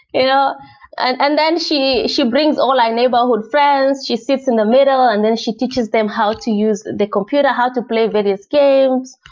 you know and and then she she brings all our neighborhood friends. she sits in the middle and then she teaches them how to use the computer, how to play various games.